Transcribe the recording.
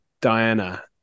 Diana